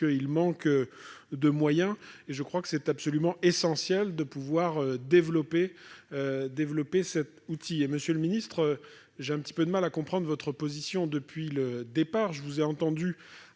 par manque de moyens. Il me semble absolument essentiel de développer cet outil. Monsieur le ministre, j'ai un peu de mal à comprendre votre position depuis le départ. Je vous ai entendu,